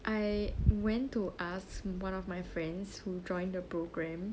I went to ask one of my friends who joined the program